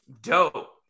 dope